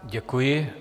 Děkuji.